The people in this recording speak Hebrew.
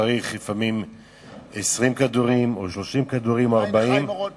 שצריך לפעמים 20 כדורים או 30 כדורים או 40,